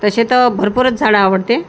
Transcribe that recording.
तसे तर भरपूरच झाडं आवडते